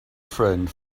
friend